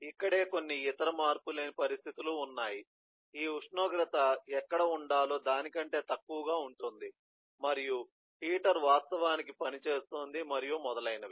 ఇక్కడే కొన్ని ఇతర మార్పులేని పరిస్థితులు ఉన్నాయి ఈ ఉష్ణోగ్రత ఎక్కడ ఉండాలో దాని కంటే తక్కువగా ఉంటుంది మరియు హీటర్ వాస్తవానికి పనిచేస్తోంది మరియు మొదలైనవి